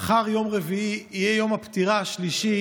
מחר, יום רביעי, יהיה יום הפטירה השלישי